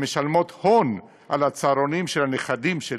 שמשלמות הון על הצהרונים של הנכדים שלי,